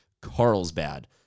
Carlsbad